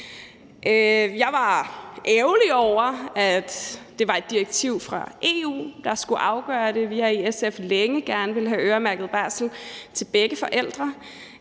Jeg var ærgerlig over, at det var et direktiv fra EU, der skulle afgøre det. Vi har i SF længe gerne ville have øremærket barsel til begge forældre,